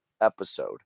episode